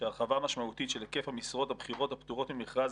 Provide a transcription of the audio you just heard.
ש"הרחבה משמעותית של היקף המשרות הבכירות הפטורות ממכרז